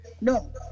no